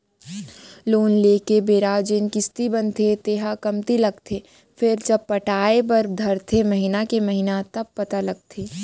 loan लेए के बेरा जेन किस्ती बनथे तेन ह कमती लागथे फेरजब पटाय बर धरथे महिना के महिना तब पता लगथे